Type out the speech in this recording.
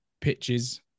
pitches